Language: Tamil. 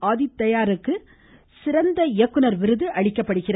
ஆதித்தயதாருக்கு சிறந்த இயக்குநர் விருது அளிக்கப்படுகிறது